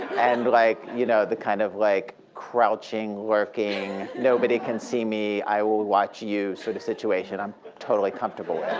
and like you know the kind of like crouching, lurking, nobody can see me, i will watch you sort of situation, i'm totally comfortable